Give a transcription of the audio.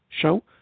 show